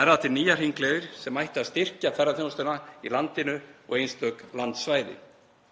verða til nýjar hringleiðir sem ættu að styrkja ferðaþjónustuna í landinu og einstök landsvæði.